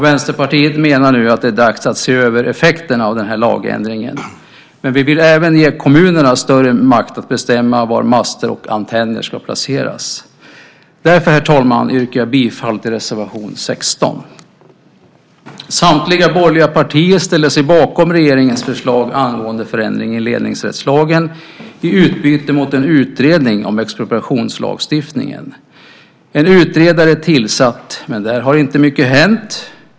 Vänsterpartiet menar nu att det är dags att se över effekterna av den här lagändringen, men vi vill även ge kommunerna större makt att bestämma var master och antenner ska placeras. Därför, herr talman, yrkar jag bifall till reservation 16. Samtliga borgerliga partier ställde sig bakom regeringens förslag angående förändringen i ledningsrättslagen i utbyte mot en utredning om expropriationslagstiftningen. En utredare är tillsatt, men där har inte mycket hänt.